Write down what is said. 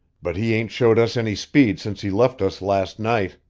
but he ain't showed us any speed since he left us last night.